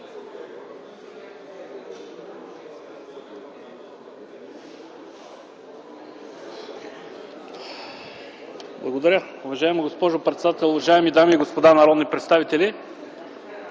Благодаря. Уважаема госпожо председател, уважаеми дами и господа народни представители!